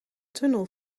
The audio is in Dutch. tunnel